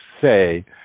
say